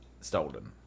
stolen